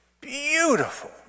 Beautiful